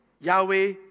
Yahweh